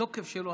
התוקף שלו,